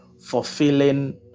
fulfilling